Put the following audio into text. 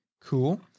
cool